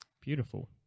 Beautiful